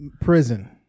Prison